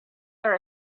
are